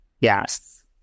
Yes